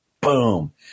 boom